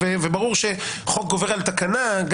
וברור שחוק גובר על תקנה.